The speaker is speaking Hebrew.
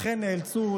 לכן הם נאלצו,